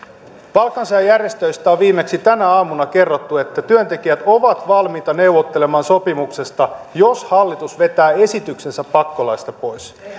palkansaajajärjestöistä on viimeksi tänä aamuna kerrottu että työntekijät ovat valmiita neuvottelemaan sopimuksesta jos hallitus vetää esityksensä pakkolaeista pois